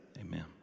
amen